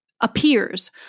appears